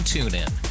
TuneIn